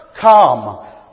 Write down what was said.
come